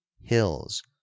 hills